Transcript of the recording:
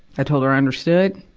i told her i understood,